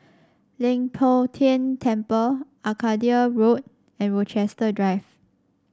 Leng Poh Tian Temple Arcadia Road and Rochester Drive